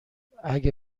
اگه